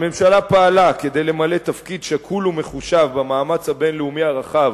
הממשלה פעלה כדי למלא תפקיד שקול ומחושב במאמץ הבין-לאומי הרחב